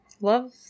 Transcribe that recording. Love